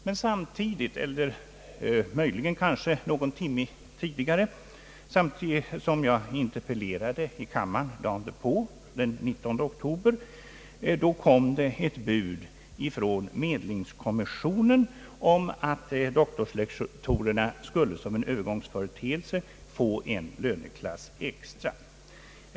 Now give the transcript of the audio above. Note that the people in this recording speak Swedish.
Men samtidigt som jag interpellerade i kammaren — eller kanske någon timme tidigare — dagen därpå, den 19 oktober, kom det ett bud från medlingskommissionen om att doktorslektorerna som en övergångsföreteelse skulle få en löneklass extra.